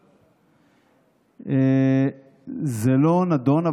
בוועדת, זה לא נדון.